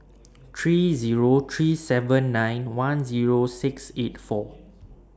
three Zero three seven nine one Zero six eight four